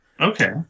okay